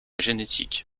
génétique